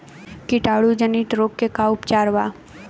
कीटाणु जनित रोग के का उपचार बा?